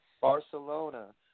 Barcelona